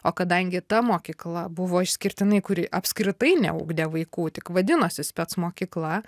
o kadangi ta mokykla buvo išskirtinai kuri apskritai neugdė vaikų tik vadinosi spec mokykla